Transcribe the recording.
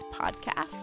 podcast